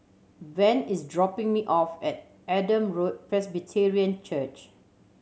Van is dropping me off at Adam Road Presbyterian Church